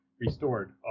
restored